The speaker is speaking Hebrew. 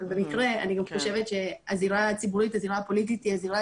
אבל במקרה אני גם חושבת שהזירה הציבורית והזירה הפוליטית היא הזירה